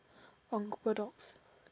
from Google dots